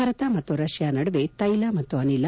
ಭಾರತ ಮತ್ತು ರಷ್ಣಾ ನಡುವೆ ತೈಲ ಮತ್ತು ಅನಿಲ